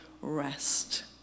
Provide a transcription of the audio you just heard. rest